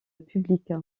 public